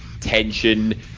tension